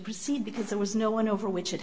proceed because there was no one over which it